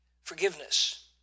Forgiveness